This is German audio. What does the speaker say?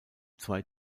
zwei